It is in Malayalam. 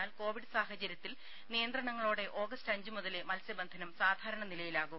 എന്നാൽ കോവിഡ് സാഹചര്യത്തിൽ നിയന്ത്രണങ്ങളോടെ ഓഗസ്റ്റ് അഞ്ച് മുതലേ മത്സ്യബന്ധനം സാധാരണ നിലയിലാകൂ